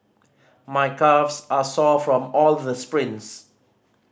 my calves are sore from all the sprints